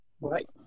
Right